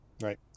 right